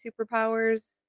superpowers